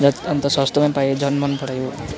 जत् अन्त सस्तोमै पायो झन मन परायो